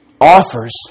offers